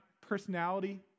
personality